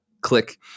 click